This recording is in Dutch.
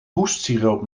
hoestsiroop